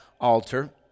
altar